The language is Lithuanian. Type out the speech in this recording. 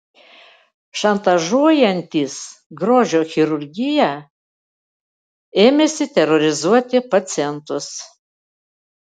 šantažuojantys grožio chirurgiją ėmėsi terorizuoti pacientus